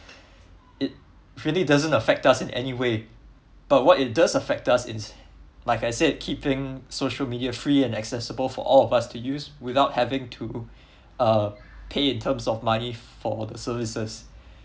it really doesn't affect us in any way but what it does affect us in like I said keeping social media free and accessible for all of us to use without having to uh pay in terms of money for the services